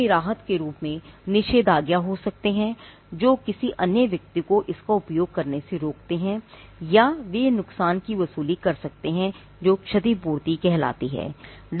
वे राहत के रूप में निषेधाज्ञा हो सकते हैं जो किसी अन्य व्यक्ति को इसका उपयोग करने से रोकता है या वे नुकसान की वसूली कर सकते हैं जो क्षतिपूर्ति कहलाती है